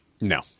No